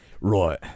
Right